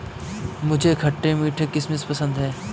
मुझे खट्टे मीठे किशमिश पसंद हैं